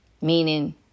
Meaning